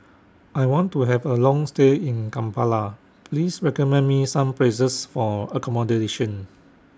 I want to Have A Long stay in Kampala Please recommend Me Some Places For accommodation